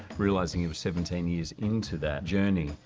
realizing he was seventeen years into that journey,